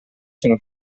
sono